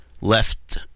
left